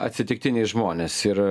atsitiktiniai žmonės ir